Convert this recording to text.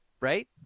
right